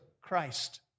Christ